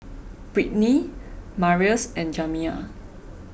Britney Marius and Jamiya